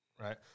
right